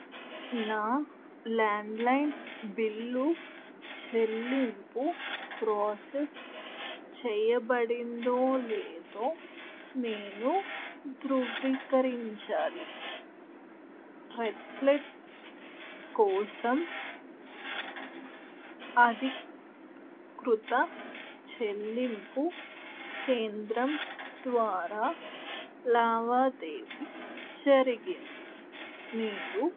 నా landline bill చెల్లింపు process చేయబడిందో లేదో నేను ధృవీకరించాలి రెయిల్టెల్ కోసం అధీకృత చెల్లింపు కేంద్రం ద్వారా లావాదేవీ జరిగింది మీరు